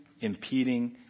impeding